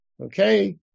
okay